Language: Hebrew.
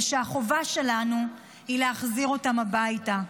ושהחובה שלנו היא להחזיר אותם הביתה.